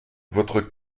votre